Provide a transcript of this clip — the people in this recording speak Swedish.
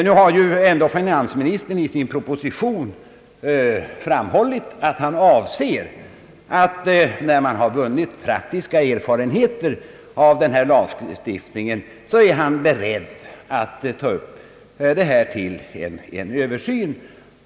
Nu har dock finansministern i sin proposition framhållit att han är beredd att sedan praktiska erfarenheter har vunnits av lagstiftningen ta upp hithörande frågor till en översyn.